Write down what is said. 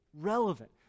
relevant